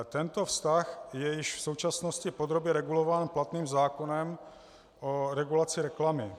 Tento vztah je již v současnosti podrobně regulován platným zákonem o regulaci reklamy.